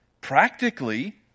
practically